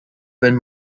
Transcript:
wenn